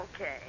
Okay